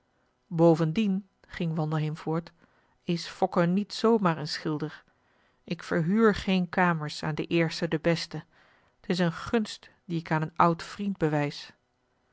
bovendien ging wandelheem voort is fokke niet zoo maar een schilder ik verhuur geen kamers aan den eerste den beste t is een gunst die ik aan een oud vriend bewijs